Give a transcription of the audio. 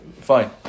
Fine